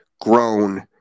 grown